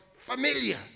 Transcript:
familiar